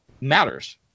matters